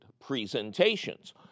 presentations